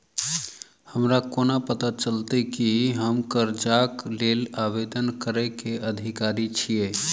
हमरा कोना पता चलतै की हम करजाक लेल आवेदन करै केँ अधिकारी छियै?